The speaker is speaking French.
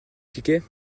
tickets